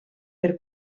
per